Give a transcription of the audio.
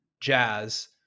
Jazz